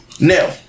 now